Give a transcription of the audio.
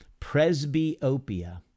Presbyopia